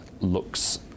looks